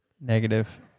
Negative